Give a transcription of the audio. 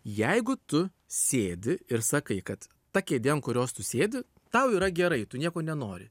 jeigu tu sėdi ir sakai kad ta kėdė ant kurios tu sėdi tau yra gerai tu nieko nenori